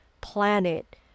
planet